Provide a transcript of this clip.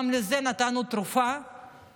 גם לזה נתנו תרופה,